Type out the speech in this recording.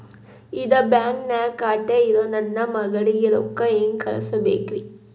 ಇದ ಬ್ಯಾಂಕ್ ನ್ಯಾಗ್ ಖಾತೆ ಇರೋ ನನ್ನ ಮಗಳಿಗೆ ರೊಕ್ಕ ಹೆಂಗ್ ಕಳಸಬೇಕ್ರಿ?